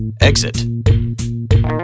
Exit